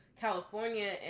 California